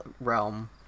realm